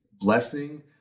blessing